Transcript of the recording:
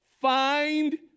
find